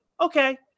okay